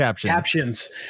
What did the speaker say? captions